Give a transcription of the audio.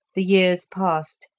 the years passed,